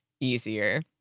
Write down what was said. easier